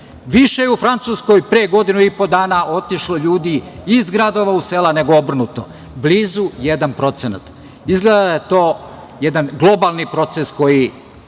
Više je u Francuskoj pre godinu i po dana otišlo ljudi iz gradova u selo nego obrnuto blizu jedan procenat. Izgleda da je to jedan globalni proces koji